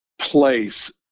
place